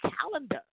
calendar